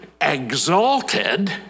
exalted